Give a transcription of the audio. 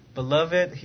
Beloved